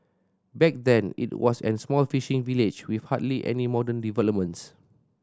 back then it was an small fishing village with hardly any modern developments